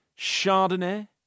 Chardonnay